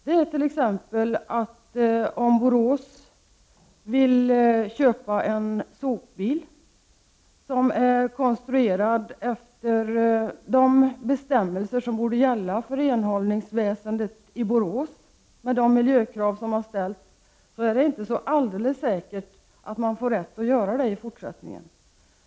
Om man t.ex. i Borås kommun vill köpa en sopbil som är konstruerad enligt de bestämmelser som borde gälla för renhållningsväsendet i Borås med de miljökrav som där har uppställts, är det inte alldeles säkert att man kommer att ha rätt att göra det i fortsättningen.